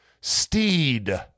Steed